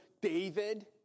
David